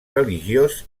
religiós